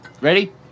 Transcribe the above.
Ready